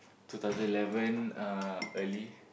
two thousand eleven uh early